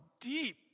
deep